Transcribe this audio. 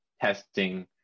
testing